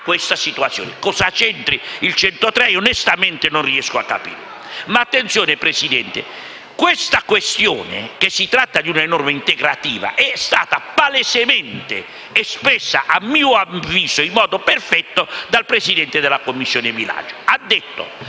questa situazione. Cosa c'entri l'articolo 103 del Regolamento onestamente non riesco a capirlo. Ma attenzione, signor Presidente, questa questione (cioè che si tratta di una norma integrativa) è stata palesemente espressa, a mio avviso in modo perfetto, dal Presidente della Commissione bilancio,